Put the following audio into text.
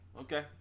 okay